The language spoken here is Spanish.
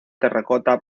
terracota